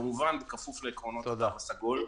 כמובן בכפוף לעקרונות התו הסגול.